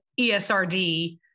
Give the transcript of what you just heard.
ESRD